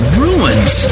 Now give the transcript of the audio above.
ruins